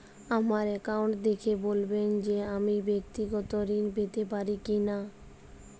আমার অ্যাকাউন্ট দেখে বলবেন যে আমি ব্যাক্তিগত ঋণ পেতে পারি কি না?